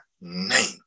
name